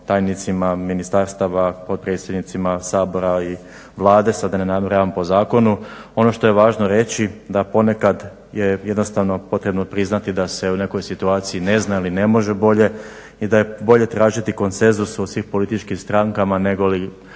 tajnicima ministarstava, potpredsjednicima Sabora i Vlade sad da ne nabrajam po zakonu. Ono što je važno reći da ponekad je jednostavno potrebno priznati da se u nekoj situaciji ne zna ili ne može bolje i da je bolje tražiti konsenzus u svim političkim strankama, negoli